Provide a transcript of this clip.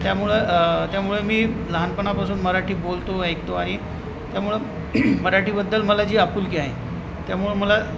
त्यामुळं त्यामुळे मी लहानपणापासून मराठी बोलतो ऐकतो आणि त्यामुळं मराठीबद्दल मला जी आपुलकी आहे त्यामुळं मला